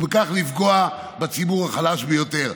ובכך לפגוע בציבור החלש ביותר.